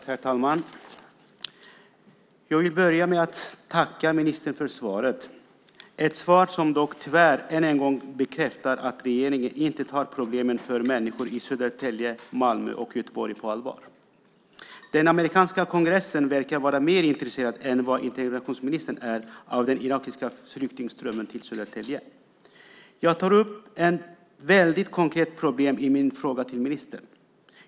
Herr talman! Jag vill börja med att tacka ministern för svaret. Det är ett svar som tyvärr än en gång bekräftar att regeringen inte tar problemen för människor i Södertälje, Malmö och Göteborg på allvar. Den amerikanska kongressen verkar vara mer intresserad än vad integrationsministern är av den irakiska flyktingströmmen till Södertälje. Jag tar upp ett väldigt konkret problem i min fråga till ministern.